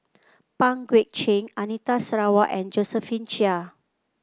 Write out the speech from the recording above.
Pang Guek Cheng Anita Sarawak and Josephine Chia